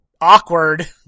Awkward